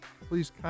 please